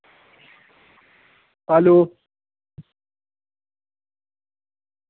hello